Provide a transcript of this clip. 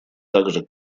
также